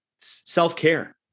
self-care